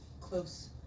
close